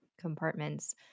compartments